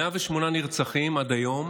108 נרצחים עד היום